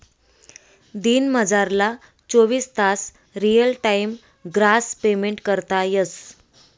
दिनमझारला चोवीस तास रियल टाइम ग्रास पेमेंट करता येस